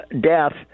death